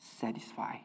satisfy